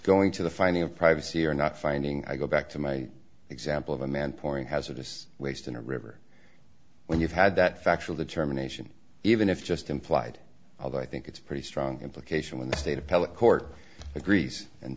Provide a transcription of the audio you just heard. going to the finding of privacy or not finding i go back to my example of a man pouring hazardous waste in a river when you've had that factual determination even if just implied although i think it's a pretty strong implication when the state appellate court agrees and